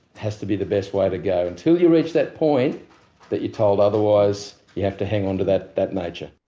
has to be the best way to go. until you reach that point that you're told otherwise you have to hang on to that that nature.